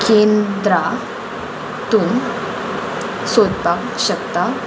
केंद्रां तूं सोदपाक शकता